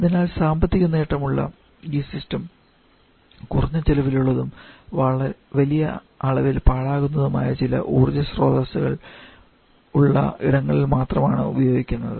അതിനാൽ സാമ്പത്തികനേട്ടം ഉള്ള ഈ സിസ്റ്റം കുറഞ്ഞ ചെലവിലുള്ളതും വലിയ അളവിൽ പാഴാകുന്നതുമായ ചില ഊർജ്ജ സ്രോതസ്സുകൾ ഉള്ള ഇടങ്ങളിൽ മാത്രമാണ് ഉപയോഗിക്കുന്നത്